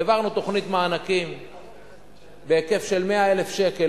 העברנו תוכנית מענקים בהיקף של 100,000 שקל